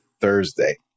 Thursday